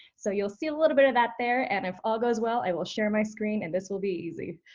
so, you'll see a little bit of that there, and if all goes well, i will share my screen and this will be easy.